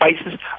spices